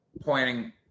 pointing